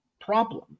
problem